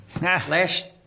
Last